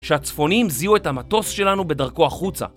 שהצפונים זיהו את המטוס שלנו בדרכו החוצה